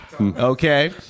okay